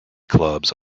clubs